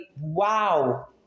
wow